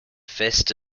fist